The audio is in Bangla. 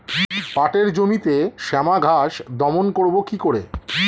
পাটের জমিতে শ্যামা ঘাস দমন করবো কি করে?